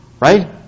right